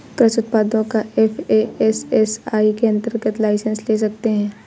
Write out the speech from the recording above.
कृषि उत्पादों का एफ.ए.एस.एस.आई के अंतर्गत लाइसेंस ले सकते हैं